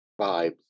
vibes